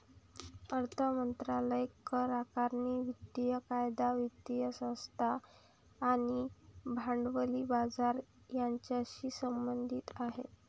अर्थ मंत्रालय करआकारणी, वित्तीय कायदा, वित्तीय संस्था आणि भांडवली बाजार यांच्याशी संबंधित आहे